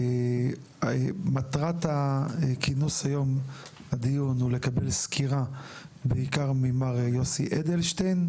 מטרת כינוס הדיון הוא לקבל סקירה בעיקר ממר יוסי אדלשטיין,